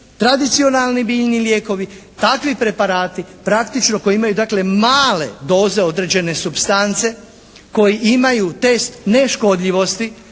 tradicionalni biljni lijekovi, takvi preparati praktično koji imaju dakle male doze određene supstance, koji imaju test neškodljivosti